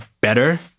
better